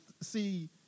see